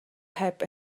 heb